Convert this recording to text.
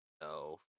no